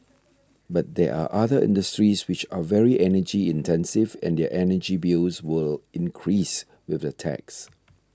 but there are other industries which are very energy intensive and their energy bills would increase with the tax